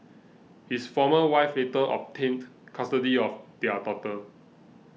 his former wife later obtained custody of their daughter